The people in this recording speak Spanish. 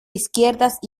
izquierdas